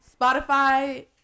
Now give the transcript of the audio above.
spotify